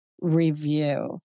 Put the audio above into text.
review